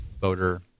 voter